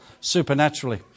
supernaturally